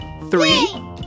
three